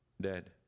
dead